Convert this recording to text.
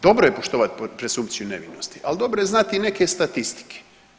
Dobro je poštovat presumpciju nevinosti, al dobro je znati i neke statistike.